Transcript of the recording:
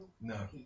No